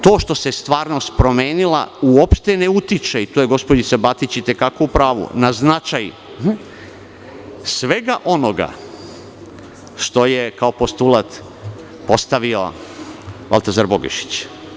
To što se stvarnost promenila uopšte ne utiče, to je gospođica Batić i te kako u pravu, na značaj svega onoga što je kao postulat postavio Baltazar Bogišić.